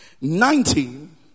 Nineteen